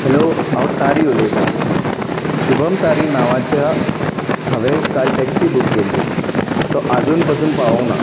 hello हांव तारी उलयता शुभम तारी नांवाच्या हांवें एक काल टैक्सी बुक केल्ली तो आजून पासून पावूंक ना